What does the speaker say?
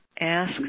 ask